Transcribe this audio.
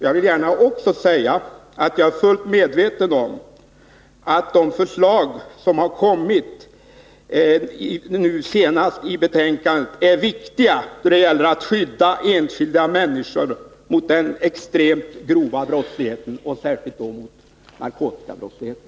Jag vill också gärna säga att jag är fullt medveten om att de förslag som nu senast framlagts i det betänkande som nämnts är viktiga då det gäller att skydda enskilda människor mot den extremt grova brottsligheten, särskilt narkotikabrottsligheten.